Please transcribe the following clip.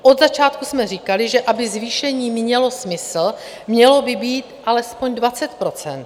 Od začátku jsme říkali, že aby zvýšení mělo smysl, mělo by být alespoň 20 %.